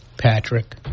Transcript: Patrick